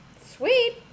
sweet